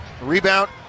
rebound